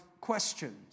questions